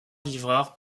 livreur